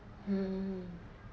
mm